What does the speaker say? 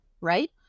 right